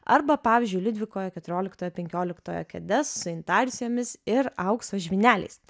arba pavyzdžiui liudviko keturioliktojo penkioliktojo kėdes su intarsijomis ir aukso žvyneliais